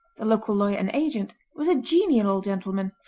the local lawyer and agent, was a genial old gentleman,